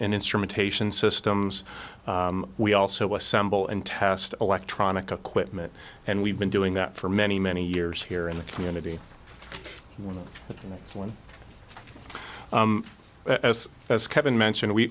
and instrumentation systems we also assemble and test electronic equipment and we've been doing that for many many years here in the community with one as as kevin mentioned we